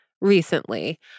recently